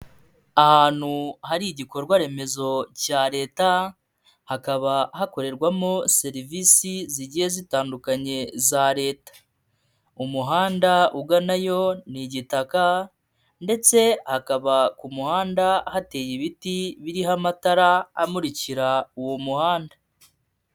Ahantu hari igikorwa remezo cya leta hakaba hakorerwamo serivisi zigiye zitandukanye za leta, umuhanda ugana yo ni igitaka ndetse akaba ku muhanda hateye ibiti biriho amatara amurikira uwo muhanda.